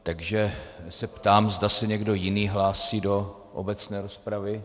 Takže se ptám, zda se někdo jiný hlásí do obecné rozpravy.